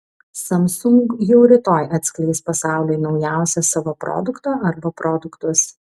samsung jau rytoj atskleis pasauliui naujausią savo produktą arba produktus